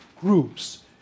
groups